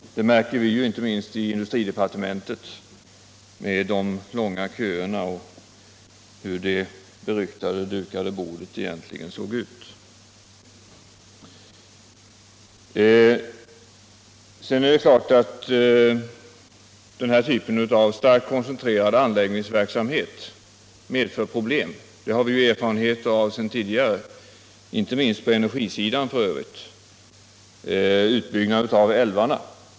Detta märker vi inte minst i industridepartementet genom de långa köerna, som visar hur det beryktade dukade bordet egentligen såg ut. Det är klart att den här typen av starkt koncentrerad anläggningsverksamhet medför problem. Det har vi ju erfarenhet av sedan tidigare, inte minst på energisidan f. ö. genom utbyggnaden av älvarna.